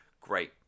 Great